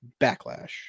Backlash